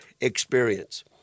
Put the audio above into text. experience